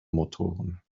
motoren